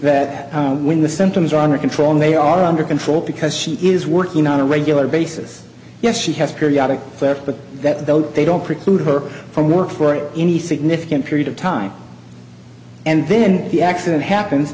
that when the symptoms are under control and they are under control because she is working on a regular basis yes she has periodic fare but that though they don't preclude her from work for any significant period of time and then the accident happen